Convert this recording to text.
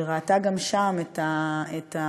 וראתה גם שם את הנפט